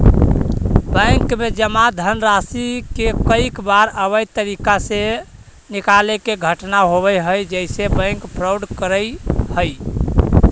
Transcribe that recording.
bank में जमा धनराशि के कईक बार अवैध तरीका से निकाले के घटना होवऽ हइ जेसे बैंक फ्रॉड करऽ हइ